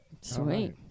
Sweet